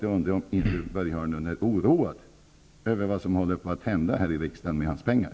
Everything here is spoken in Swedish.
Är inte Börje Hörnlund oroad över vad som håller på att hända här i riksdagen med hans pengar?